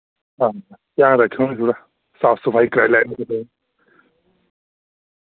हां ध्यान रक्खेओ नी थोह्ड़ा साफ सफाई कराई लैएओ